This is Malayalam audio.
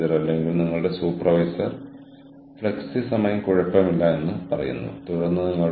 പക്ഷേ അവർ ചെയ്യേണ്ടത് അവർ ചെയ്യുന്നു അവർ നെറ്റ്വർക്കിന്റെ വിഭവങ്ങളുടെ പൂളിൽ നിന്ന് എടുക്കുന്നു